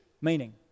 meaning